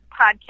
podcast